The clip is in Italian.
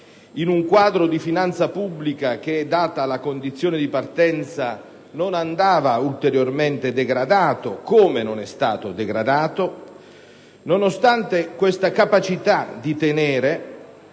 in un quadro di finanza pubblica che, data la condizione di partenza, non andava ulteriormente degradato (così come non è stato degradato) -, nonostante questa capacità di tenere